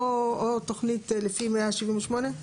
או תוכנית לפי 178?